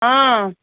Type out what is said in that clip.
ହଁ